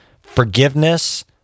forgiveness